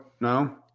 No